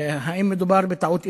האם מדובר בטעות אנוש,